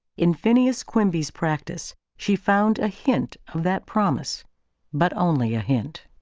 in phineas quimby's practice she found a hint of that promise but only a hint.